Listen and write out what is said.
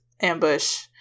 ambush